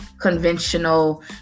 conventional